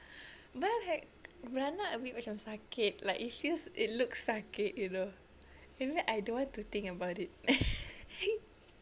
but like beranak a bit macam sakit like it feels it looks sakit you know even I don't want to think about it